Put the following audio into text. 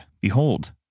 Behold